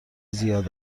زیاد